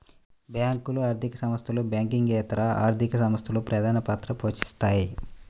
బ్యేంకులు, ఆర్థిక సంస్థలు, బ్యాంకింగేతర ఆర్థిక సంస్థలు ప్రధానపాత్ర పోషిత్తాయి